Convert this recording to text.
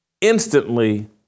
instantly